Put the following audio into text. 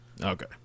Okay